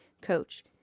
coach